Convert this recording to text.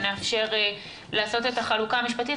שנאפשר לעשות את החלוקה המשפטית,